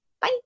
Bye